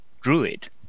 druid